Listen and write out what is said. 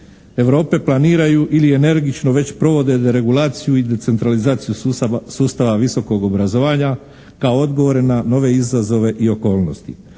Europe planiraju ili energično već provode regulaciju i decentralizaciju sustava visokog obrazovanja kao odgovore na nove izazove i okolnosti.